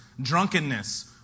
drunkenness